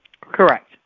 Correct